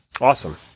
Awesome